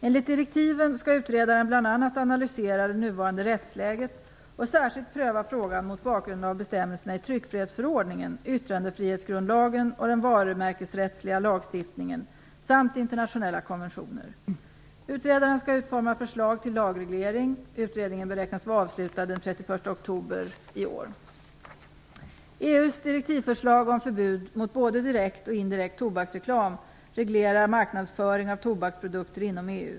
Enligt direktiven skall utredaren bl.a. analysera det nuvarande rättsläget och särskilt pröva frågan mot bakgrund av bestämmelserna i Tryckfrihetsförordningen, Yttrandefrihetsgrundlagen och den varumärkesrättsliga lagstiftningen samt internationella konventioner. Utredaren skall utforma förslag till lagreglering. Utredningen beräknas vara avslutad den 31 EU:s direktivförslag om förbud mot både direkt och indirekt tobaksreklam reglerar marknadsföring av tobaksprodukter inom EU.